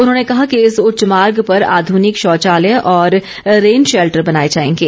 उन्होंने कहा कि इस उच्च मार्ग पर आधुनिक शौचालय और रेन शैल्टर बनाए जाएंगे